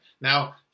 Now